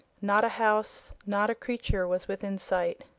not a house, not a creature was within sight.